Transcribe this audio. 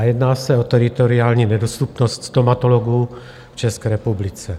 Jedná se o teritoriální nedostupnost stomatologů v České republice.